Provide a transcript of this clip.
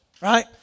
Right